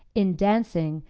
in dancing,